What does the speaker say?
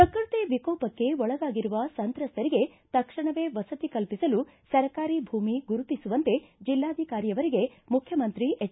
ಪ್ರಕ್ಕತಿ ವಿಕೋಪಕ್ಕೆ ಒಳಗಾಗಿರುವ ಸಂತ್ರಸ್ಥರಿಗೆ ತಕ್ಷಣವೇ ವಸತಿ ಕಲ್ಲಿಸಲು ಸರ್ಕಾರಿ ಭೂಮಿ ಗುತಿರುತಿಸುವಂತೆ ಜಿಲ್ಲಾಧಿಕಾರಿಯವರಿಗೆ ಮುಖ್ಯಮಂತ್ರಿ ಎಚ್